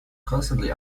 constantly